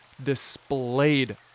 displayed